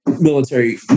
military